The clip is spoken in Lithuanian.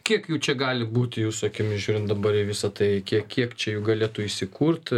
kiek jų čia gali būti jūsų akimis žiūrint dabar visa į tai kiek kiek čia jų galėtų įsikurt